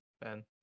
Ben